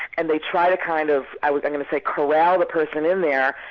and they try to, kind of i was going to say corral the person in there,